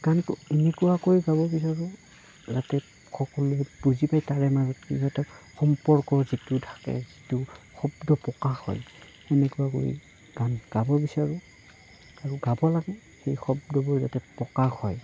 গানটো এনেকুৱাকৈ গাব বিচাৰোঁ যাতে সকলোৱে বুলি পায় তাৰে মাজত কিন্তু এটা সম্পৰ্ক যিটো থাকে যিটো শব্দ প্ৰকাশ হয় সেনেকুৱাকৈ গান গাব বিচাৰোঁ আৰু গাব লাগে সেই শব্দবোৰ যাতে প্ৰকাশ হয়